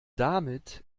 damit